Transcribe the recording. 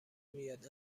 میاد